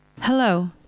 Hello